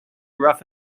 rough